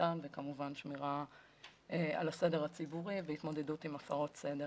מניעתן וכמובן שמירה על הסדר הציבורי והתמודדות עם הפרות סדר.